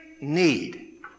need